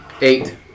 Eight